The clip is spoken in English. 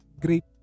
great